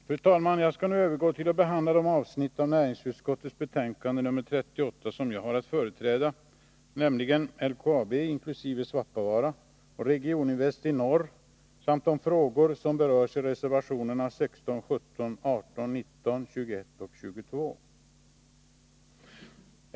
Jag skall nu övergå till att behandla de avsnitt av näringsutskottets betänkande nr 38 som jag har att företräda, nämligen LKAB, inkl. Svappavaara, och Regioninvest i Norr samt de frågor som berörs i reservationerna 16, 17, 18, 19, 21 och 22.